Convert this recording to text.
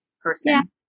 person